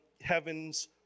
heaven's